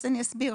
אז אני אסביר.